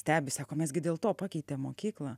stebi sako mes gi dėl to pakeitėm mokyklą